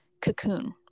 cocoon